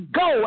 go